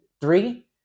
three